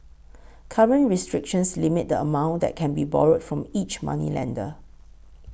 current restrictions limit the amount that can be borrowed from each moneylender